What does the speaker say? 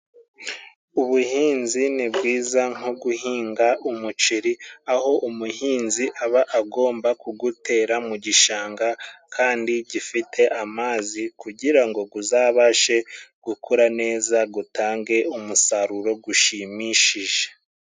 Ubuhinzi ni bwiza nko guhinga umuceri. Aho umuhinzi aba agomba kugutera mu gishanga, kandi gifite amazi kugira ngo guzabashe gukura neza gutange umusaruro gushimishije.